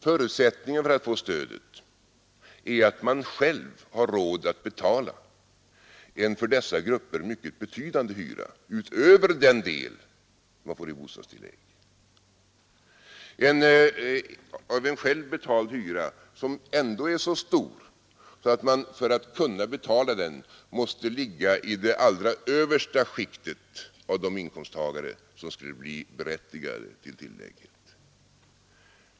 Förutsättningen för att få stödet är att man själv har råd att betala en för dessa grupper mycket betydande hyra utöver den del man får i bostadstillägg — en hyra som är så stor att man för att kunna betala den måste ligga i det allra översta skiktet av de inkomsttagare som skulle bli berättigade till tillägget.